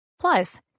Plus